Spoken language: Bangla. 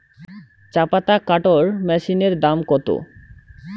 চাপাতা কাটর মেশিনের দাম কত?